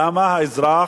למה האזרח,